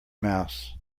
mouse